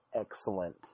excellent